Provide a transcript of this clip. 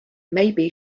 maybe